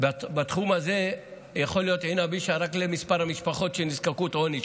בתחום הזה יכול להיות עינא בישא רק למספר המשפחות בנזקקות עוני,